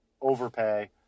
overpay